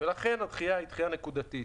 לכן הדחייה היא דחייה נקודתית.